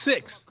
six